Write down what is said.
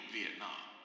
Vietnam